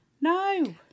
no